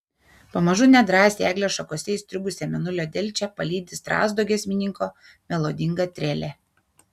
pamažu nedrąsiai eglės šakose įstrigusią mėnulio delčią palydi strazdo giesmininko melodinga trelė